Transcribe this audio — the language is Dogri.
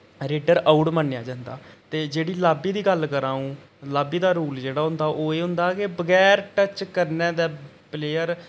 रेडर आउट मन्नेआ जंदा ते जेह्ड़ी लाब्बी दी गल्ल करां अ'ऊं लाब्बी दा रू जेह्ड़ा होंदा ओह् एह् होंदा के बगैर टच करने दे प्लेयर